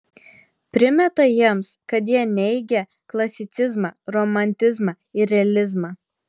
primeta jiems kad jie neigią klasicizmą romantizmą ir realizmą